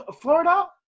Florida